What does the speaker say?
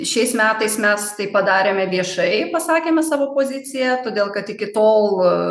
šiais metais mes tai padarėme viešai pasakėme savo poziciją todėl kad iki tol